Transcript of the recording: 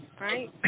right